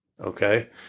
Okay